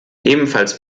ebenfalls